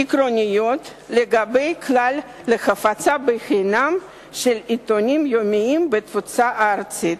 עקרוניות לגבי כללים להפצה בחינם של עיתונים יומיים בתפוצה ארצית.